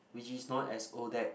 which is known as Odac